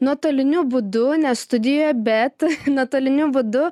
nuotoliniu būdu ne studijoje bet nuotoliniu būdu